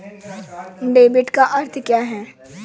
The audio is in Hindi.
डेबिट का अर्थ क्या है?